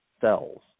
cells